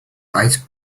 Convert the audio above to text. eyes